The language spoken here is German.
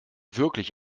wirklich